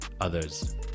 others